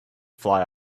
fly